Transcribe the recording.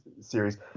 series